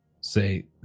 say